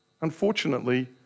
Unfortunately